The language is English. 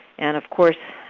and, of course,